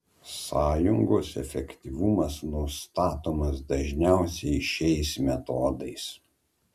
sąjungos efektyvumas nustatomas dažniausiai šiais metodais